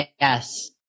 Yes